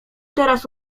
teraz